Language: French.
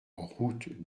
route